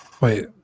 Wait